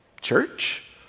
church